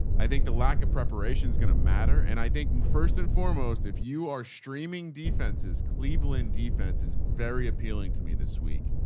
i think the lack of preparation is going to matter. and i think first and foremost, if you are streaming defenses, cleveland defense is very appealing to me this week.